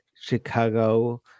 Chicago